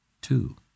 Two